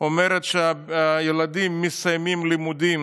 אומרת שהילדים מסיימים לימודים